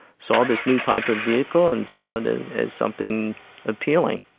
saw this new type of vehicle, and saw it as as something appealing.